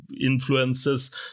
influences